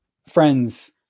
Friends